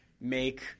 make